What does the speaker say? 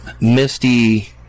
misty